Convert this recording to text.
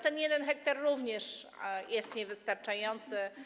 Ten 1 ha również jest niewystarczający.